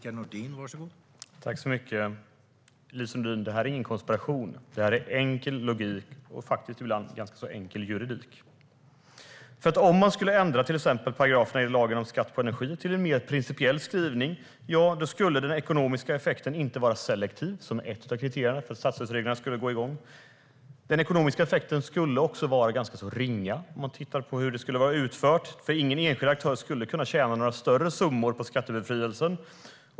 Herr talman! Detta är ingen konspiration, Lise Nordin. Det är enkel logik och faktiskt ibland ganska enkel juridik. Om man skulle ändra till exempel paragraferna i lagen om skatt på energi till en mer principiell skrivning skulle den ekonomiska effekten inte vara selektiv, vilket är ett av kriterierna för att statsstödsreglerna skulle gå igång. Den ekonomiska effekten skulle också vara ganska ringa, om man tittar på hur det skulle vara utfört. Ingen enskild aktör skulle nämligen kunna tjäna några större summor på skattebefrielsen.